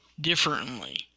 differently